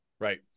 Right